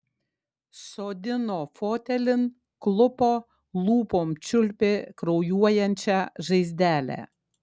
sodino fotelin klupo lūpom čiulpė kraujuojančią žaizdelę